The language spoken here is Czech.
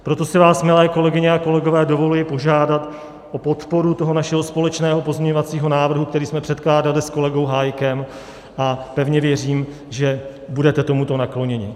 Proto si vás, milé kolegyně a kolegové, dovoluji požádat o podporu toho našeho společného pozměňovacího návrhu, který jsme předkládali s kolegou Hájkem, a pevně věřím, že budete tomuto nakloněni.